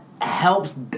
helps